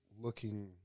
looking